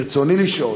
ברצוני לשאול: